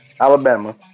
Alabama